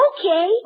Okay